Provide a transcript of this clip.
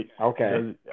Okay